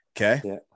okay